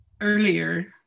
earlier